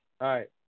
right